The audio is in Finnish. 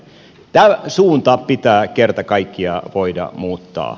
tämä suunta pitää kerta kaikkiaan voida muuttaa